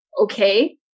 Okay